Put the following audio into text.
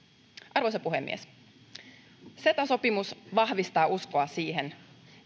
arvoisa puhemies ceta sopimus vahvistaa uskoa siihen